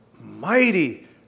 mighty